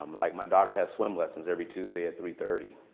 um like, my daughter has swim lessons every tuesday at three thirty.